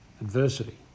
adversity